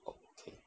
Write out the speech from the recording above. okay